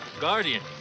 Guardian